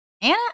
Anna